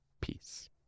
peace